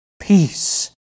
peace